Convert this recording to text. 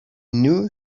knew